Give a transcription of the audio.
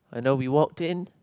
I know we walk in